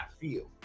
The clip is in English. feel